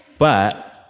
but